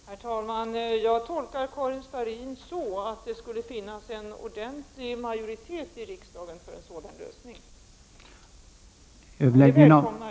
Herr talman! Jag tolkar Karin Starrin så att det skulle finnas en ordentlig majoritet i riksdagen för en sådan lösning. Det välkomnar jag.